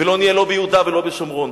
ולא נהיה לא ביהודה ולא בשומרון.